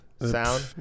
sound